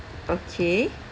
okay